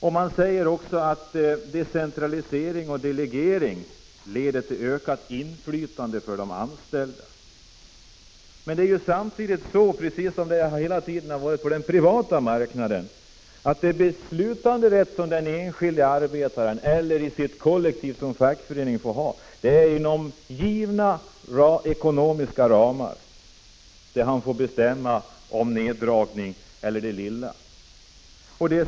Det sägs också att decentralisering och delegering leder till ökat inflytande för de anställda. Men samtidigt är, precis som det hela tiden har varit på den privata marknaden, den beslutanderätt som den enskilde arbetaren via sin fackförening får ha begränsad inom givna ekonomiska ramar. Det han får bestämma om neddragning är väl det lilla.